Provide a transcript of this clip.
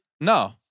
No